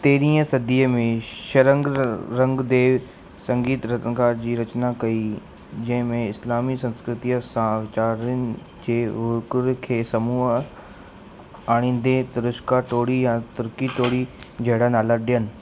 तेरहीं सदीअ में शरंग रंगदेव संगीत रत्नाकर जी रचना कई जंहिं में इस्लामी संस्कृतीअ सां वीचारनि जे वहकिरे खे साम्हूं आणींदे तुरुष्का टोडी या तुर्की टोडी जहिड़ा नाला ॾिनईं